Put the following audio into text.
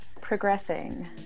progressing